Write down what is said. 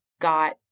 got